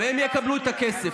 והם יקבלו את הכסף.